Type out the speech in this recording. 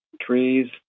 Trees